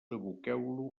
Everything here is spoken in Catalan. aboqueu